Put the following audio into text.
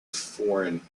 foreign